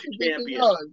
champion